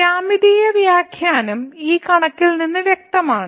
ജ്യാമിതീയ വ്യാഖ്യാനം ഈ കണക്കിൽ നിന്ന് വ്യക്തമാണ്